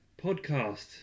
podcast